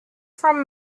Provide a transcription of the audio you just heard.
from